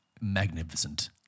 magnificent